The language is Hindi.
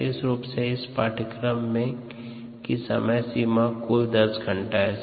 विशेष रूप से इस पाठ्यक्रम के संदर्भ समय सीमा कुल 10 घंटा है